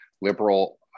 liberal